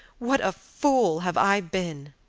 what a fool have i been!